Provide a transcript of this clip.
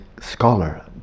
scholar